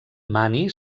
mani